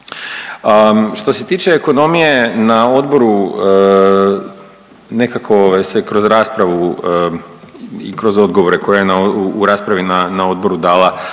Što se tiče ekonomije na odboru nekako se kroz raspravu i kroz odgovore koje je u raspravi na odboru dala